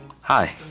Hi